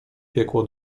piekło